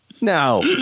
no